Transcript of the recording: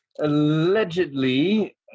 allegedly